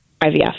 IVF